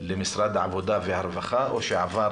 למשרד העבודה והרווחה, או שעבר